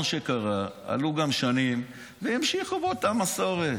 עד האסון שקרה, עלו שנים והמשיכו באותה מסורת.